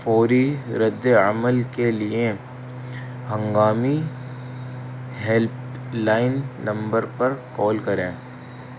فوری رد عمل کے لیے ہنگامی ہیلپ لائن نمبر پر کال کریں